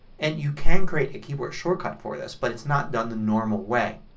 and you can create a keyboard shortcut for this but it's not done the normal way.